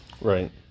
Right